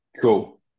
cool